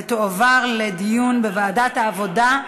ותועבר לדיון בוועדת העבודה,